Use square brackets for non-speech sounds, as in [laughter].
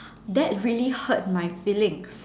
[noise] that's really hurt my feelings